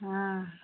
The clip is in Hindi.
हाँ